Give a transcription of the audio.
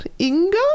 inga